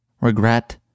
regret